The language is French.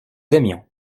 aimions